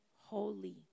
holy